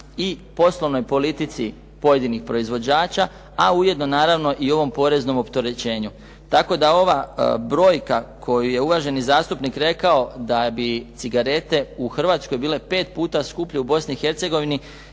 i poslovnoj politici pojedinih proizvođača, a ujedno naravno i ovom poreznom opterećenju. Tako da ova, ova brojka koju je uvaženi zastupnik rekao da bi cigarete u Hrvatskoj bile pet puta skuplje u